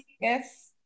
Yes